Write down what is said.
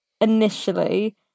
initially